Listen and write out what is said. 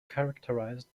characterized